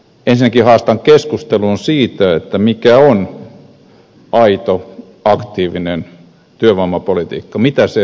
ensinnäkin haastan keskusteluun siitä mikä on aito aktiivinen työvoimapolitiikka mitä se aidosti on